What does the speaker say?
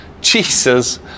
Jesus